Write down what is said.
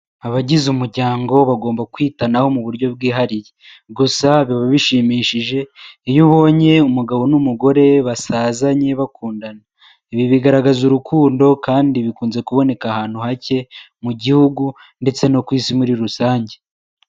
Abagize umuryango bagomba kwitanaho mu buryo bwihariye, gusa biba bishimishije iyo ubonye umugabo n'umugore basazanye bakundana, ibi bigaragaza urukundo kandi bikunze kuboneka ahantu hake mu gihugu ndetse no ku isi muri rusange.